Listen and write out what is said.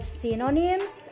synonyms